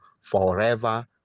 forever